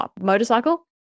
motorcycle